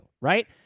Right